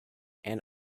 and